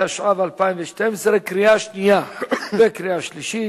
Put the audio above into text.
התשע"ב 2012, קריאה שנייה וקריאה שלישית.